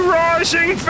rising